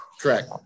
Correct